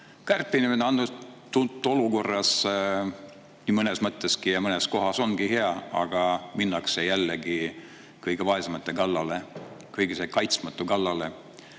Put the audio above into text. Kärpimine praeguses olukorras mõneski mõttes ja mõnes kohas ongi hea, aga minnakse jällegi kõige vaesemate kallale, kõige kaitsetumate kallale.